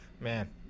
Man